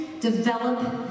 develop